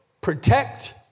protect